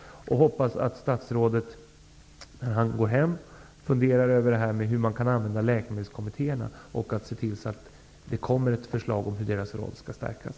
Jag hoppas att statsrådet när han går hem funderar över hur man kan använda läkemedelskommittéerna, och att han ser till att det kommer ett förslag till hur deras roll skall stärkas.